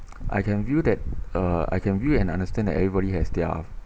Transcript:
I can view that uh I can view and understand that everybody has their